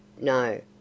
No